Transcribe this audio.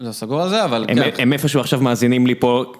לא סגור על זה אבל... הם אי-הם איפשהו עכשיו מאזינים לי פה...